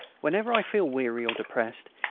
whenever i feel weary or depressed,